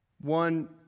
One